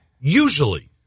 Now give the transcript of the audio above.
Usually